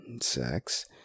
sex